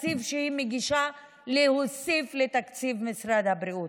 בתקציב שהיא מגישה, להוסיף לתקציב משרד הבריאות.